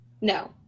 No